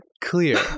clear